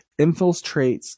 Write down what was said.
infiltrates